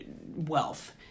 wealth